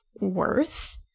worth